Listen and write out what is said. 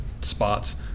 spots